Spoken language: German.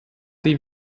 sie